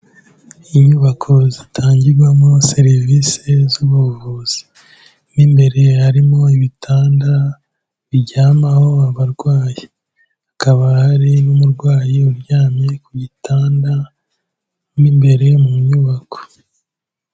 Inyubako zitangirwamo serivisi z'ubuvuzi, mo imbere harimo ibitanda biryamaho abarwayi, hakaba hari n'umurwayi uryamye ku gitanda mo imbere mu nyubako.